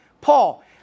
Paul